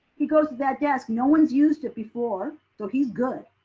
he goes to that desk. no one's used it before, so he's good.